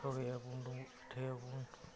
ᱥᱳᱲᱮᱭᱟᱵᱚᱱ ᱰᱚᱸᱵᱚᱜ ᱯᱤᱴᱷᱟᱹᱭᱟᱵᱚᱱ